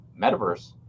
metaverse